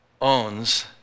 owns